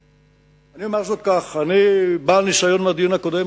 אני אומר זאת כך: אני בעל ניסיון מהדיון הקודם,